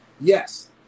Yes